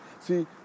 See